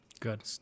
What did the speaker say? good